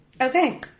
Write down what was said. Okay